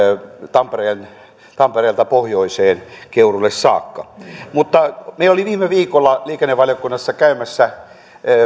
tampereelta tampereelta pohjoiseen keuruulle saakka mutta meillä oli viime viikolla liikennevaliokunnassa käymässä